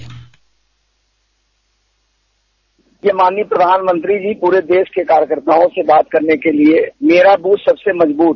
bite माननीय प्रधानमंत्री जी पूरे देश के कार्यकर्ताआं से बात करने क लिए मेरा बूथ सबसे मजबूत